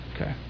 Okay